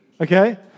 Okay